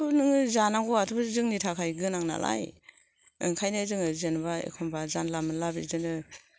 नोङो जानांगौआथ' जोंनि थाखाय गोनां नालाय ओंखायनो जोङो जेनेबा एखम्बा जानला मोनला बिदिनो